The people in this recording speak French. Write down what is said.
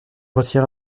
retiré